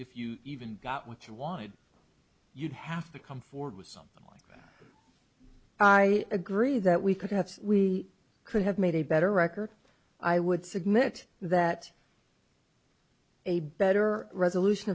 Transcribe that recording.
if you even got what you wanted you'd have to come forward with something like i agree that we could have we could have made a better record i would submit that a better resolution